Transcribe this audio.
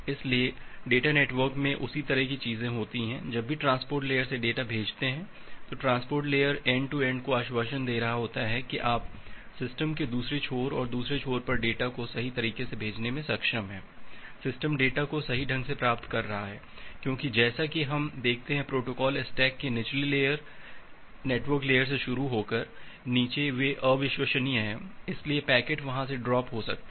इसलिए data network में उसी तरह की चीजें होती हैं जब भी ट्रांसपोर्ट लेयर से डेटा भेजते हैं transport layer end to end को आश्वासन दे रहा है कि आप सिस्टम के दूसरे छोर और दूसरे छोर पर डेटा को सही तरीके से भेजने में सक्षम हैं सिस्टम डेटा को सही ढंग से प्राप्त कर रहा है क्योंकि जैसा कि हम देखते हैं प्रोटोकॉल स्टैक की निचली लेयर नेटवर्क लेयर से शुरू होकर और नीचे वे अविश्वसनीय हैं इसलिए पैकेट वहां से ड्राप हो सकता है